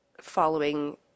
following